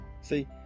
See